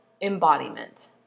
embodiment